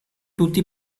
tutti